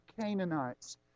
Canaanites